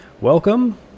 Welcome